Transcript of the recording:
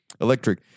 Electric